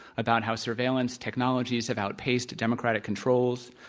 about how surveillance technologies have outpaced democratic controls,